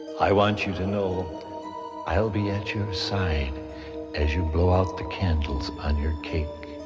i want you to know i'll be at your side as you blow out the candles on your cake.